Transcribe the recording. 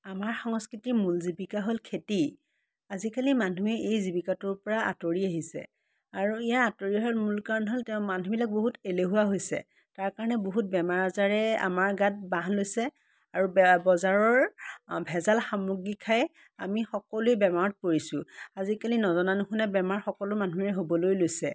আমাৰ সংস্কৃতিৰ মূল জীৱিকা হ'ল খেতি আজিকালি মানুহে এই জীৱিকাটোৰ পৰা আঁতৰি আহিছে আৰু ইয়াৰ আঁতৰি অহাৰ মূল কাৰণ হ'ল তেওঁ মানুহবিলাক বহুত এলেহুৱা হৈছে তাৰ কাৰণে বহুত বেমাৰ আজাৰে আমাৰ গাত বাহ লৈছে আৰু বেয়া বজাৰৰ ভেজাল সামগ্ৰী খাই আমি সকলোৱে বেমাৰত পৰিছোঁ আজিকালি নজনা নুশুনা বেমাৰ সকলো মানুহৰে হ'বলৈ লৈছে